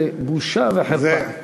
זה בושה וחרפה.